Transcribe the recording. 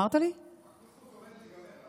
אז לשמור לך צלחת?